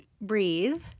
Breathe